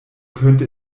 könnte